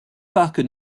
parc